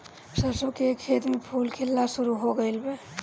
सरसों के खेत में फूल खिलना शुरू हो गइल बा